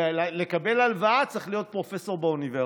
וכדי לקבל הלוואה צריך להיות פרופסור באוניברסיטה,